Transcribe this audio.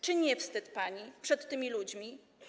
Czy nie wstyd pani przed tymi ludźmi?